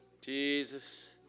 Jesus